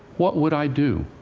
what would i do?